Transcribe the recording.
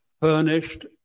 furnished